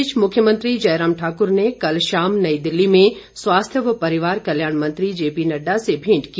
इस बीच मुख्यमंत्री जयराम ठाकुर ने कल शाम नई दिल्ली में स्वास्थ्य व परिवार कल्याण मंत्री जेपीनड्डा से भेंट की